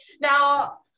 Now